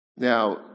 Now